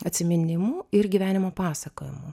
atsiminimų ir gyvenimo pasakojimų